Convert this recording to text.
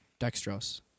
dextrose